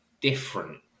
different